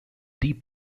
deep